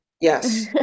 yes